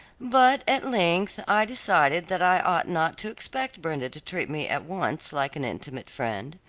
but at length i decided that i ought not to expect brenda to treat me at once like an intimate friend.